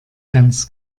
ganz